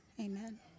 amen